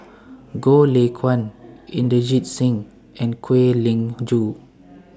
Goh Lay Kuan Inderjit Singh and Kwek Leng Joo